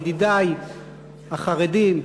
ידידי החרדים,